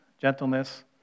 gentleness